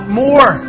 more